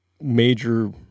major